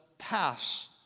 pass